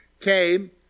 came